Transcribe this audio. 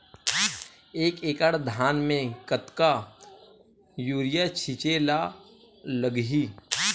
एक एकड़ धान में कतका यूरिया छिंचे ला लगही?